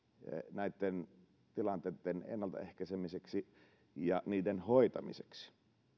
näitten tilanteitten ennaltaehkäisemiseksi ja niiden hoitamiseksi